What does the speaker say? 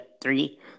three